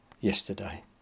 yesterday